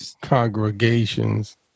congregations